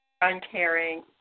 uncaring